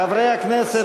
חברי הכנסת,